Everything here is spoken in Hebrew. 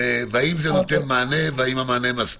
והאם זה נותן מענה, והאם הוא מספיק,